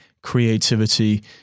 Creativity